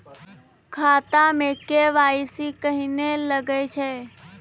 खाता मे के.वाई.सी कहिने लगय छै?